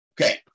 Okay